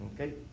okay